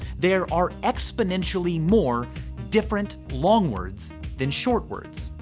there are exponentially more different long words than short words.